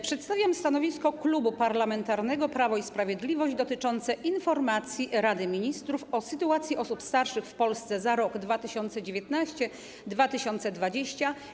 Przedstawiam stanowisko Klubu Parlamentarnego Prawo i Sprawiedliwość dotyczące informacji Rady Ministrów o sytuacji osób starszych w Polsce za lata 2019 i 2020.